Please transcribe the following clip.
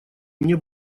мне